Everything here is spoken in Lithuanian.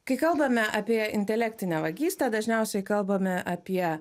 kai kalbame apie intelektinę vagystę dažniausiai kalbame apie